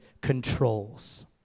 controls